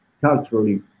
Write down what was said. culturally